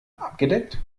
abgedeckt